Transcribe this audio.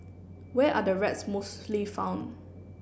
where are the rats mostly found